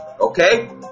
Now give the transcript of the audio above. okay